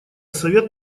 совет